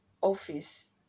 office